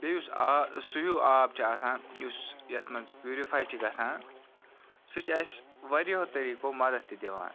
بیٚیہِ یُس آب سُہ ہیو آب چھُ آسان یُس یَتھ مَنٛز پیورِفاے چھ گَژھان سُہ چھُ اَسہ واریَہَو طٔریٖقَو مَدَد تہِ دِوان